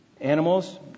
animals